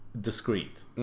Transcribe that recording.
discreet